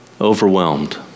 overwhelmed